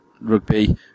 rugby